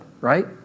right